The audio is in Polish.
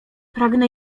pragnę